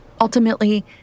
Ultimately